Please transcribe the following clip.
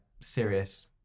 serious